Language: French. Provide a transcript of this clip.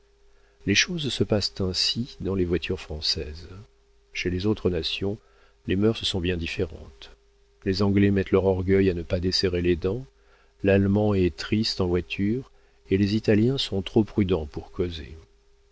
les choses se passent ainsi dans les voitures françaises chez les autres nations les mœurs sont bien différentes les anglais mettent leur orgueil à ne pas desserrer les dents l'allemand est triste en voiture et les italiens sont trop prudents pour causer